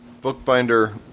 bookbinder